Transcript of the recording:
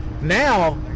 Now